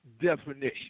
definition